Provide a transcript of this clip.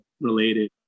related